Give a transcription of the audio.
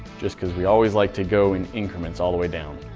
just because we always like to go in increments all the way down.